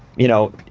you know,